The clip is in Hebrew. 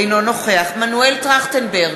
אינו נוכח מנואל טרכטנברג,